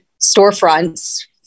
storefronts